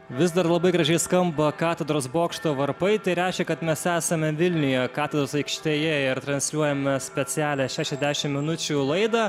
vis dar labai gražiai skamba katedros bokšto varpai tai reiškia kad mes esame vilniuje katedros aikštėje ir transliuojame specialią šešiasdešim minučių laidą